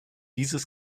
dieses